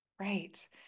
Right